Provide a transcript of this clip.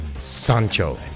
Sancho